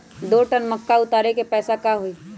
दो टन मक्का उतारे के पैसा का होई?